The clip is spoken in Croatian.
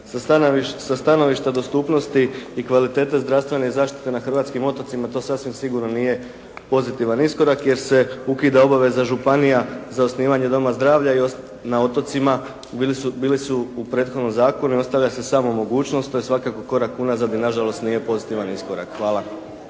sa stanovišta dostupnosti i kvalitete zdravstvene zaštite na hrvatskim otocima. To sasvim sigurno nije pozitivan iskorak jer se ukida obaveza županija za osnivanje doma zdravlja i na otocima bili su u prethodnom zakonu i ostavlja se samo mogućnost, to je svakako korak unazad i nažalost nije pozitivan iskorak. Hvala.